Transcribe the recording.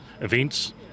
events